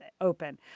Open